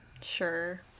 sure